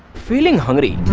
feeling hungry.